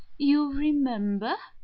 you'll remember?